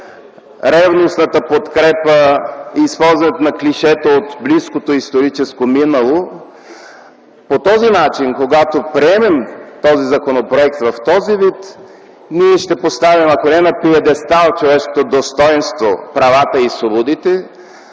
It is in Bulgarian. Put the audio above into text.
ревностната подкрепа и използването на клишета от близкото историческо минало. По този начин, когато приемем този законопроект в този вид, ние ще поставим на пиедестал човешкото достойнство, правата и свободите